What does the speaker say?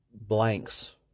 blanks